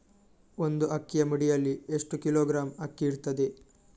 ಒಂದು ಅಕ್ಕಿಯ ಮುಡಿಯಲ್ಲಿ ಎಷ್ಟು ಕಿಲೋಗ್ರಾಂ ಅಕ್ಕಿ ಇರ್ತದೆ?